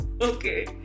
Okay